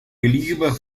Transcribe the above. beliebige